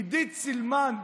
עידית סילמן,